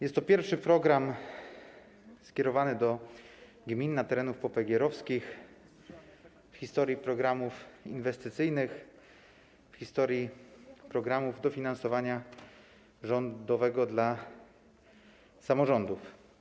Jest to pierwszy program skierowany do gmin na terenach popegeerowskich w historii programów inwestycyjnych, programów dofinansowania rządowego dla samorządów.